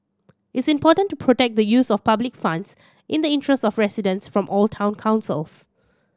is important to protect the use of public funds in the interest of residents from all town councils